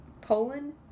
Poland